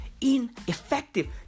ineffective